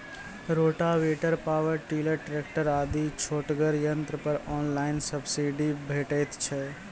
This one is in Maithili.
रोटावेटर, पावर टिलर, ट्रेकटर आदि छोटगर यंत्र पर ऑनलाइन सब्सिडी भेटैत छै?